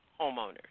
homeowners